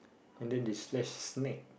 and then they slash snack